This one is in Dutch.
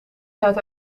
zuid